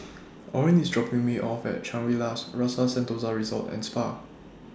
Orin IS dropping Me off At Shangri La's Rasa Sentosa Resort and Spa